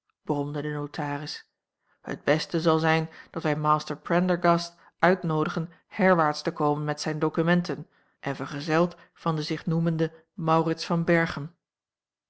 bromde de notaris het beste zal zijn dat wij master prendergast uitnoodigen herwaarts te komen met zijne documenten en verzegeld van den zich noemenden maurits van berchem